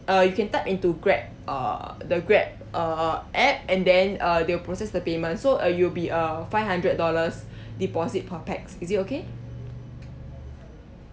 uh you can type into Grab uh the Grab uh app and then uh they will process the payment so uh it'll be uh five hundred dollars deposit per pax is it okay